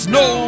no